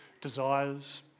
desires